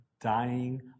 dying